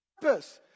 purpose